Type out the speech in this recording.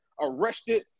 arrested